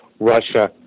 Russia